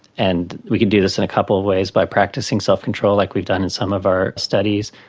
and we could do this in a couple of ways, by practising self-control like we've done in some of our studies.